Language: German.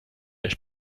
der